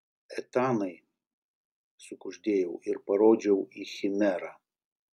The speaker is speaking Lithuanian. etanai sukuždėjau ir parodžiau į chimerą